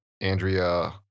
Andrea